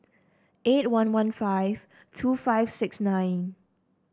eight one one five two five six nine